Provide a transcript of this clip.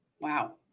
wow